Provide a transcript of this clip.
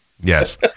Yes